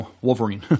Wolverine